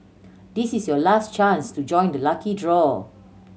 this is your last chance to join the lucky draw